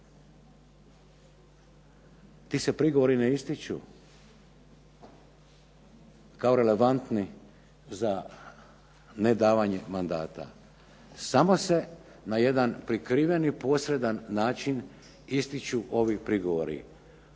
ti se prigovori ne ističu kao relevantni za ne davanje mandata. Samo se na jedan prikriven i posredan način ističu ovi prigovori,